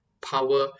power